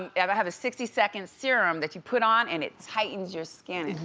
and have have a sixty second serum that you put on and it tightens your skin.